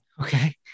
Okay